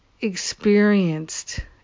experienced